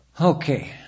Okay